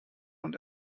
und